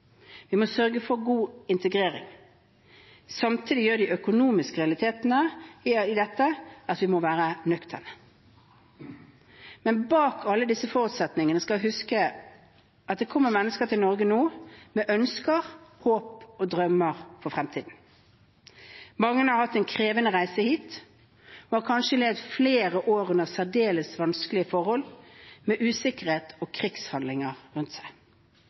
Vi må sørge for god integrering. Samtidig gjør de økonomiske realitetene i dette at vi må være nøkterne. Men bak alle disse forutsetningene skal vi huske at det kommer mennesker til Norge nå med ønsker, håp og drømmer for fremtiden. Mange har hatt en krevende reise hit og har kanskje levd flere år under særdeles vanskelige forhold, med usikkerhet og krigshandlinger rundt seg.